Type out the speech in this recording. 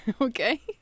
Okay